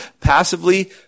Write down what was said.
passively